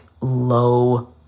low